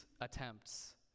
attempts